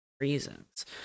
reasons